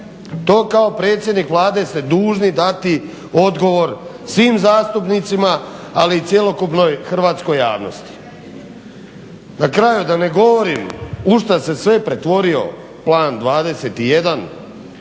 To kao predsjednik Vlade ste dužni dati odgovor svim zastupnicima, ali i cjelokupnoj hrvatskoj javnosti. Na kraju, da ne govorim u što se sve pretvorio "Plan 21"